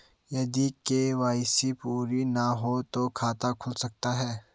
यदि के.वाई.सी पूरी ना हो तो खाता खुल सकता है?